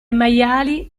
maiali